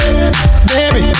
Baby